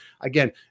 Again